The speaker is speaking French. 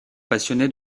passionné